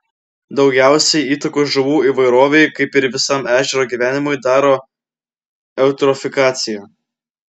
daugiausiai įtakos žuvų įvairovei kaip ir visam ežero gyvenimui daro eutrofikacija